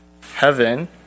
heaven